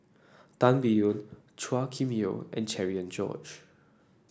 Tan Biyun Chua Kim Yeow and Cherian George